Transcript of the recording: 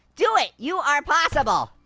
do it. you are possible.